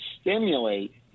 stimulate